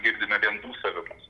girdime vien dūsavimus